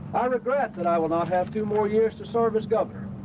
i regret that i will not have two more years to serve as governor